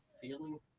feeling